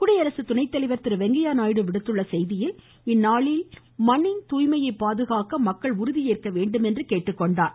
குடியரசு துணைத்தலைவர் திரு வெங்கையா நாயுடு விடுத்துள்ள செய்தியில் இந்நாளில் மண்ணின் தூய்மையை பாதுகாக்க மக்கள் உறுதிஏற்க வேண்டும் என்று கேட்டுக்கொண்டார்